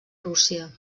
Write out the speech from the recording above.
rússia